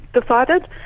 decided